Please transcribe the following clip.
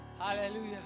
Hallelujah